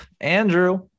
Andrew